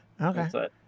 Okay